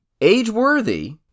age-worthy